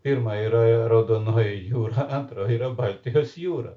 pirma yra raudonoji jūra antra yra baltijos jūra